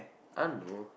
I don't know